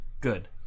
Good